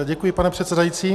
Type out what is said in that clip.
Děkuji, pane předsedající.